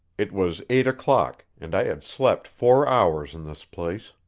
it was eight o'clock, and i had slept four hours in this place.